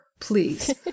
Please